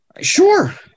Sure